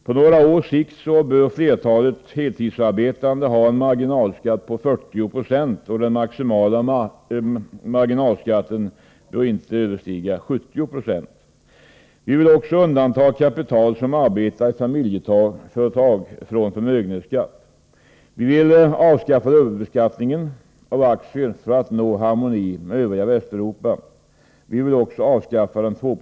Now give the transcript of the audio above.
På några års sikt bör flertalet heltidsarbetande ha en marginalskatt på 40 96, och den maximala marginalskatten bör inte överstiga 70 20. Vi vill undanta kapital som arbetar i familjeföretag från förmögenhetsskatt. Oo Avskaffa dubbelbeskattningen av aktier för att nå harmoni med övriga Västeuropa.